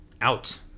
out